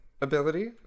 ability